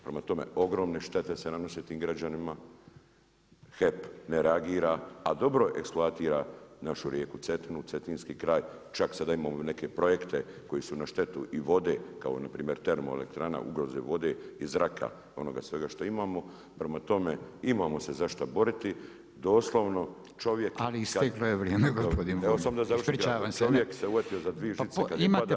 Prema tome, ogromne štete se nanose tim građanima, HEP ne reagira, a dobro eksploatira našu rijeku Cetinu, cetinski kraj, čak sada imamo i neke projekte koji su na štetu i vode, kao npr. termoelektrana ugroze vode i zraka, onoga svega što imamo, prema tome imamo se za šta boriti, doslovno čovjek [[Upadica Radin: Ali isteklo je vrijeme, gospodine Bulj, ispričavam se.]] Evo samo da završim…